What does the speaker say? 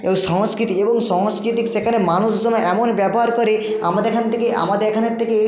ও সংস্কৃতি এবং সাংস্কৃতিক সেখানে মানুষজনে এমন ব্যবহার করে আমাদের এখান থেকে আমাদের এখানের থেকে